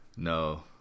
No